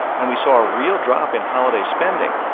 and we saw a real drop in holiday spending.